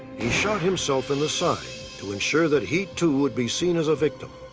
he shot himself in the side to ensure that he, too, would be seen as a victim.